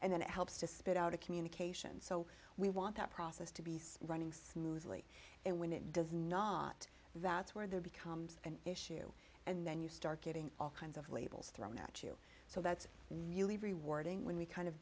and then it helps to spit out a communication so we want that process to be running smoothly and when it does not that's where there becomes an issue and then you start getting all kinds of labels thrown at you so that's really rewarding when we kind of